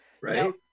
right